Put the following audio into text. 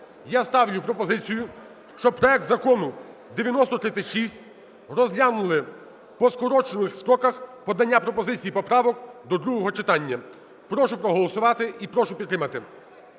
Я ставлю пропозицію, щоб проект Закону 9036 розглянули по скорочених строках подання пропозицій і поправок до другого читання. Прошу проголосувати і прошу підтримати.